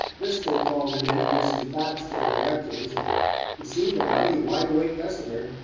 driscoll called him in to give some facts to the directors, and he seemed a mighty wide-awake customer.